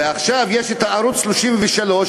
ועכשיו יש ערוץ 33,